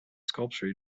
sculpture